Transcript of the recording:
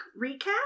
recap